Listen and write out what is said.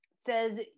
says